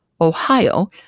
Ohio